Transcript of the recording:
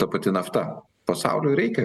ta pati nafta pasauliui reikia